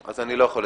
אושרה.